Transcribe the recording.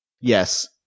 Yes